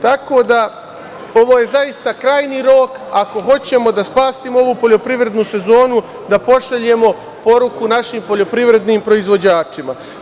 Tako da, ovo je zaista krajnji rok ako hoćemo da spasimo ovu poljoprivrednu sezonu, da pošaljemo poruku našim poljoprivrednim proizvođačima.